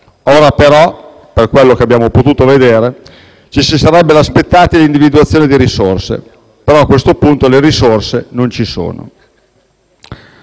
Ora, però, per quanto abbiamo potuto vedere, ci si sarebbe aspettati l'individuazione di risorse; ma, a questo punto, le risorse non ci sono.